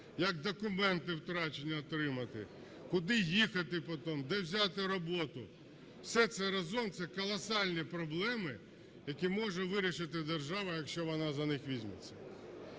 як документи втрачені отримати, куди їхати потім, де взяти роботу. Все це разом – це колосальні проблеми, які може вирішити держава, якщо вона за них візьметься.